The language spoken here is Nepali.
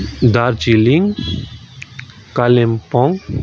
दार्जिलिङ कालिम्पोङ